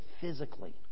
physically